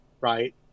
Right